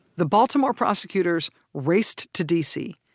the baltimore prosecutors raced to dc,